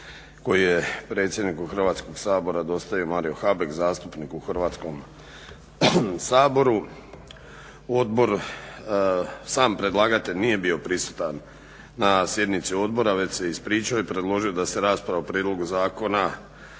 koji je predsjedniku Hrvatskog sabora dostavio Mario Habek zastupnik u Hrvatskom saboru. Odbor sam predlagatelj nije bio prisutan na sjednici odbora već se ispričao i predložio da se rasprava o prijedlogu zakona